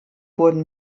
wurden